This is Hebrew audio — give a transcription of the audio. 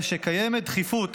קיימת דחיפות